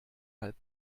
halb